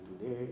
today